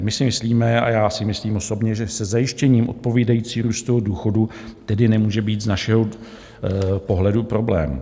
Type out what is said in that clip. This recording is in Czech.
My si myslíme, a já si myslím osobně, že se zajištěním odpovídajícího růstu důchodů tedy nemůže být z našeho pohledu problém.